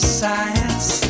science